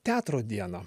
teatro dieną